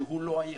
שהוא לא היחיד.